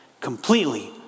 completely